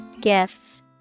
gifts